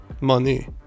money